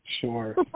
Sure